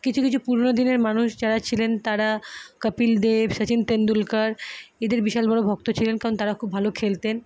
কিছু কিছু পুরনো দিনের মানুষ যারা ছিলেন তারা কপিল দেব শচীন তেন্ডুলকর এদের বিশাল বড় ভক্ত ছিলেন কারণ তাঁরা খুব ভালো খেলতেন